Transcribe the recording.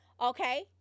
okay